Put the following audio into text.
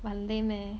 很 lame eh